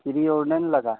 कीड़ी और नहीं ना लगी है